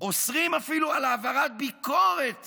אוסרים אפילו על העברת ביקורת